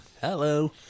Hello